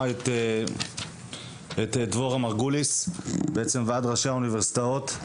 את דבורה מרגוליס מוועד ראשי האוניברסיטאות.